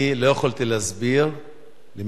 אני לא יכולתי להסביר למשפחתי